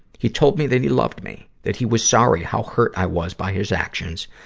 he told me that he loved me, that he was sorry how hurt i was by his actions,